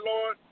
Lord